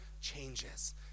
changes